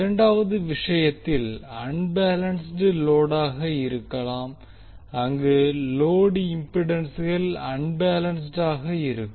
இரண்டாவது விஷயத்தில் அன்பேலன்ஸ்ட் லோடாக இருக்கலாம் அங்கு லோடு இம்பிடன்ஸ்கள் அன்பேலன்ஸ்ட் ஆக இருக்கும்